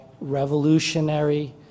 revolutionary